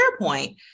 SharePoint